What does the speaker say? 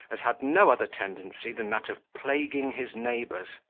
as had no other tendency than that of plaguing his neighbours.